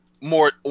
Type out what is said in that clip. more